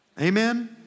Amen